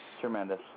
Tremendous